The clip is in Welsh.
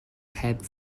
heb